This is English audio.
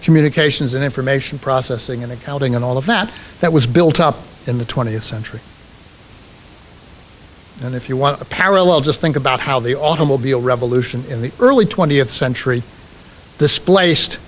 communications and information processing and accounting and all of that that was built up in the twentieth century and if you want a parallel just think about how the automobile revolution in the early twentieth century displaced